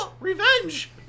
Revenge